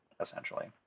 essentially